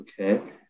okay